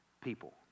people